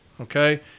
okay